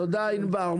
תודה ענבר.